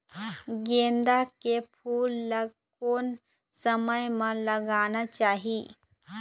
गेंदा के फूल ला कोन समय मा लगाना चाही?